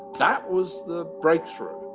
that was the breakthrough.